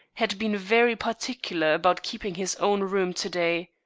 had been very particular about keeping his own room to-day.